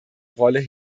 rolle